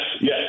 yes